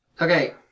Okay